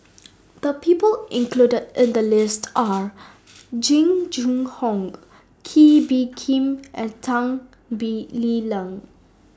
The People included in The list Are Jing Jun Hong Kee Bee Khim and Tan Lee Leng